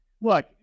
Look